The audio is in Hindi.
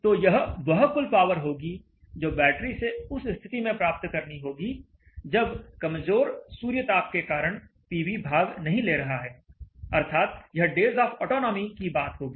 तो यह वह कुल पावर होगी जो बैटरी से उस स्थिति में प्राप्त करनी होगी जब कमजोर सूर्यताप के कारण पीवी भाग नहीं ले रहा है अर्थात यह डेज आफ ऑटोनॉमी की बात होगी